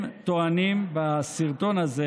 הם טוענים בסרטון הזה